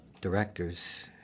directors